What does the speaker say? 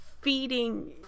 feeding